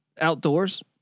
outdoors